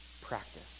practice